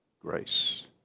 grace